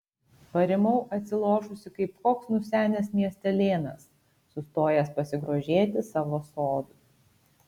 parimau atsilošusi kaip koks nusenęs miestelėnas sustojęs pasigrožėti savo sodu